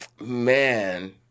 man